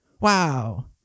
Wow